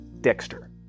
Dexter